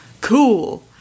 Cool